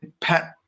Pat